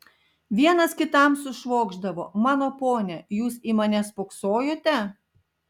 vienas kitam sušvokšdavo mano pone jūs į mane spoksojote